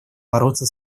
бороться